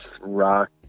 rock